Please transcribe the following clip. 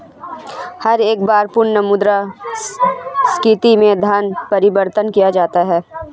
हर एक बार पुनः मुद्रा स्फीती में धन परिवर्तन किया जाता है